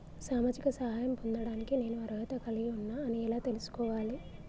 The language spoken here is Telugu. సామాజిక సహాయం పొందడానికి నేను అర్హత కలిగి ఉన్న అని ఎలా తెలుసుకోవాలి?